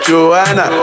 Joanna